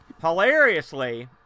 Hilariously